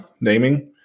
naming